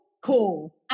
cool